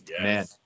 man